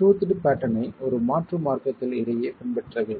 toothed pattern ஐ ஒரு மாற்று மார்க்கத்தில் இடையே பின்பற்ற வேண்டும்